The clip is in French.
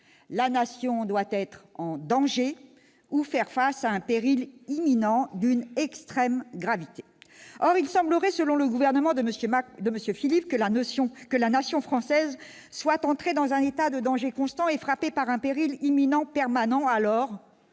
la Nation doit être en danger ou faire face à un péril imminent d'une extrême gravité. Or il semblerait, selon le gouvernement de M. Philippe, que la nation française soit entrée dans un état de danger constant, alors que de nombreux responsables